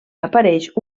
apareix